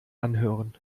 anhören